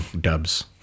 dubs